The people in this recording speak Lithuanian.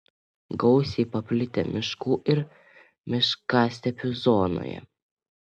gausiai paplitę miškų ir miškastepių zonoje